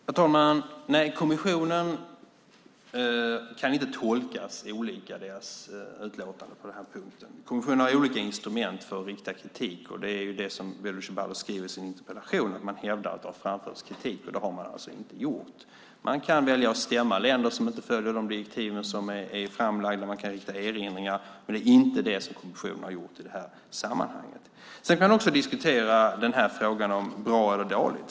Herr talman! Nej, kommissionens utlåtande på den här punkten kan inte tolkas olika. Kommissionen har olika instrument för att rikta kritik. Bodil Ceballos skriver i sin interpellation att man hävdar att det har framförts kritik, men så har alltså inte skett. Man kan välja att stämma länder som inte följer de direktiv som är framlagda och man kan rikta erinringar, men det är inte det som kommissionen har gjort i det här sammanhanget. Sedan kan man också diskutera frågan om bra eller dåligt.